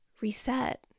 reset